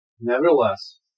Nevertheless